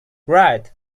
right